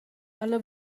ha’la